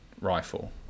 rifle